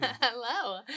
Hello